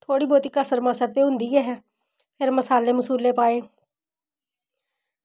थोह्ड़ी बोह्त कसर ते में हां होंदी गै फिर मसाले पाये